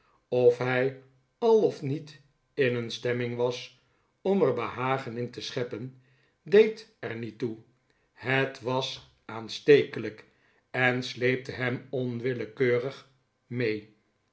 of hij al of niet in een stemming was om er behagen in te scheppen deed er niet toe het was aanstekelijk en slepte hem onwillekeurig mee